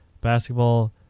basketball